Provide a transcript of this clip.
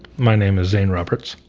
my name is zane roberts.